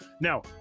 Now